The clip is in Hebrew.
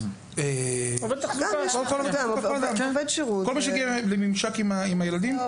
כל מי שבממשק עם הילדים.